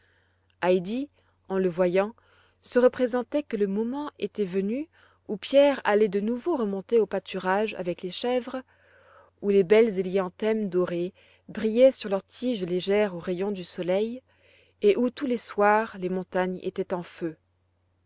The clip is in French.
en le voyant se représentait que le moment était venu où pierre allait de nouveau remonter au pâturage avec les chèvres où les belles hélianthèmes dorées brillaient sur leur tige légère aux rayons du soleil et où tous les soirs les montagnes étaient en feu